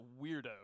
weirdo